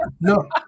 No